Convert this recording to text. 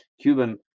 Cuban